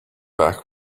back